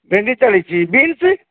ଭେଣ୍ଡି ଚାଳିଶ ବିନ୍ସ